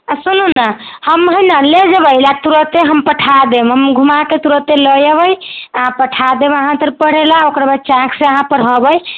आ सुनू ने हम है ने ले जेबै तुरते हम पठा देब हम घुमाके तुरते लऽ ऐबै आ पठा देब अहाँ तर पढ़े लऽ ओकरबाद चाक से अहाँ पढ़बै